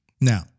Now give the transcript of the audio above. Now